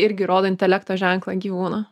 irgi rodo intelekto ženklą gyvūno